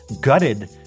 gutted